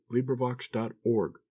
LibriVox.org